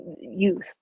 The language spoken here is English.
youth